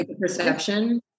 perception